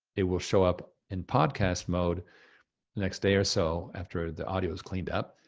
it will show up in podcast mode the next day or so after the audio is cleaned up,